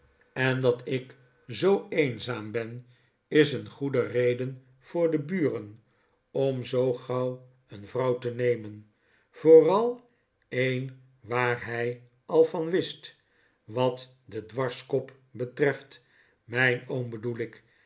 en dat ik zoo eenzaam ben is een goede reden voor de buren om zoo gauw een vrouw te nemen vooral een waar h ij al van wist wat den dwarskop betreft